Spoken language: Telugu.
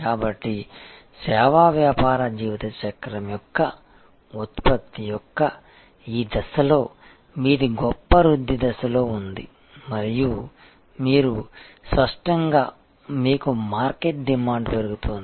కాబట్టి సేవా వ్యాపార జీవిత చక్రం యొక్క ఉత్పత్తి యొక్క ఈ దశలో మీది గొప్ప వృద్ధి దశలో ఉంది మరియు మీరు స్పష్టంగా మీకు మార్కెట్ డిమాండ్ పెరుగుతోంది